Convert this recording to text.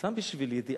סתם בשביל ידיעה,